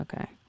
okay